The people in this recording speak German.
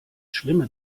schlimme